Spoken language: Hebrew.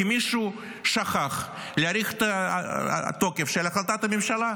כי מישהו שכח להאריך את התוקף של החלטת הממשלה.